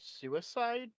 Suicide